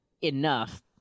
enough